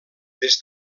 des